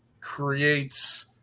creates